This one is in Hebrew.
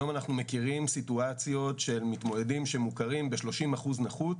היום אנחנו מכירים סיטואציות של מתמודדים שמוכרים ב-30% נכות,